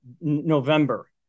November